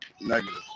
Negative